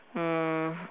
um